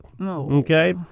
okay